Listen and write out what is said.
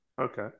Okay